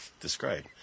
describe